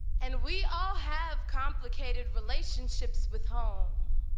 and we all have complicated relationships with home.